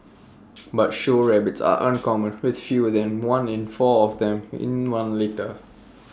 but show rabbits are uncommon with fewer than one in four of them in one litter